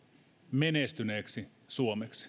menestyneeksi suomeksi